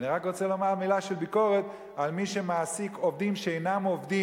אני רק רוצה לומר מלה של ביקורת על מי שמעסיק עובדים שאינם עובדים,